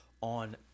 on